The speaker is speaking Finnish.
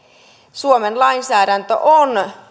suomen lainsäädäntö on